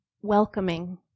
welcoming